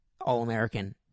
All-American